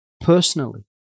personally